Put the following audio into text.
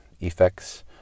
effects